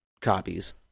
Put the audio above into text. copies